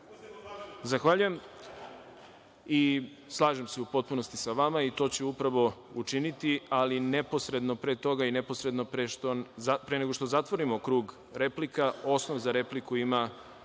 Zahvaljujem. Slažem se u potpunosti sa vama i to ću upravo učiniti. Neposredno pre toga i neposredno pre nego što zatvorimo krug replika, osnov za repliku ima